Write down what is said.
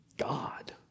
God